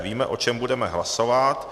Víme, o čem budeme hlasovat.